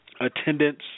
attendance